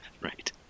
Right